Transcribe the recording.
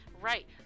Right